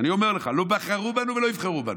אני אומר לך, לא בחרו בנו ולא יבחרו בנו.